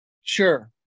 Sure